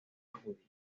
judía